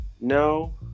No